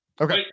Okay